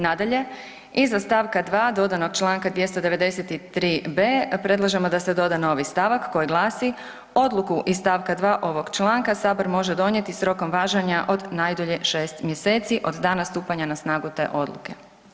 Nadalje, iza st. 2. dodanog čl. 293.b. predlažemo da se doda novi stavak koji glasi: „odluku iz st. 2. ovog članka sabor može donijeti s rokom važenja od najdulje 6. mjeseci od dana stupanja na snagu te odluke“